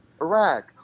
Iraq